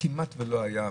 כמעט ולא היה.